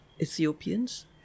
Ethiopians